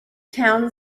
town